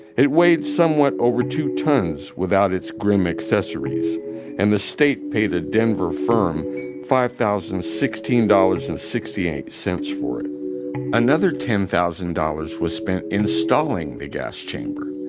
it weighed somewhat over two tons without its grim accessories and the state paid a denver firm five thousand sixteen dollars and sixty-eight cents for it another ten thousand dollars was spent installing the gas chamber.